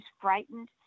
frightened